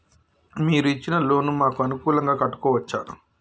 మీరు ఇచ్చిన లోన్ ను మాకు అనుకూలంగా కట్టుకోవచ్చా?